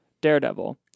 Daredevil